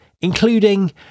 including